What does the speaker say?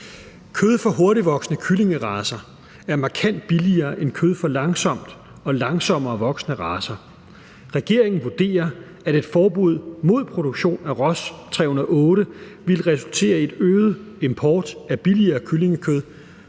Kød fra hurtigtvoksende kyllingeracer er markant billigere end kød fra langsomt- og langsommerevoksende racer. Regeringen vurderer, at et forbud mod produktion af Ross 308 ville resultere i en øget import af billigere kyllingekød